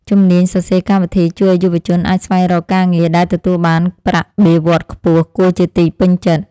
ជំនាញសរសេរកម្មវិធីជួយឱ្យយុវជនអាចស្វែងរកការងារដែលទទួលបានប្រាក់បៀវត្សខ្ពស់គួរជាទីពេញចិត្ត។